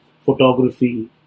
photography